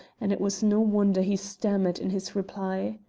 and it was no wonder he stammered in his reply.